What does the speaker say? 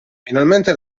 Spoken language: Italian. finalmente